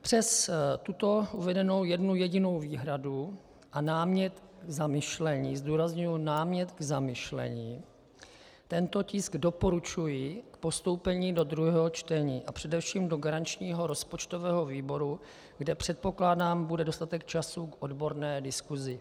Přes tuto uvedenou jednu jedinou výhradu a námět k zamyšlení zdůrazňuji, námět k zamyšlení tento tisk doporučuji k postoupení do druhého čtení a především do garančního rozpočtového výboru, kde, předpokládám, bude dostatek času k odborné diskusi.